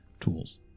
tools